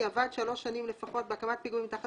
עבד שלוש שנים לפחות בהקמת פיגומים תחת